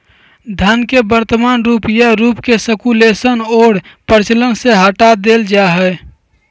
धन के वर्तमान रूप या रूप के सर्कुलेशन और प्रचलन से हटा देल जा हइ